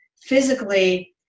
physically